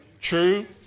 True